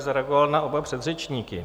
Zareagoval bych na oba předřečníky.